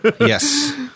yes